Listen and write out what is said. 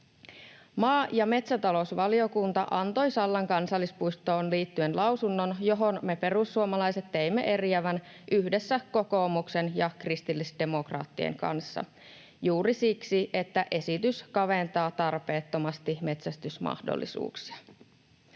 Maa- ja metsätalousvaliokunta antoi Sallan kansallispuistoon liittyen lausunnon, johon me perussuomalaiset teimme eriävän mielipiteen yhdessä kokoomuksen ja kristillisdemokraattien kanssa juuri siksi, että esitys kaventaa tarpeettomasti metsästysmahdollisuuksia.